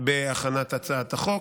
בהכנת הצעת החוק,